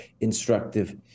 instructive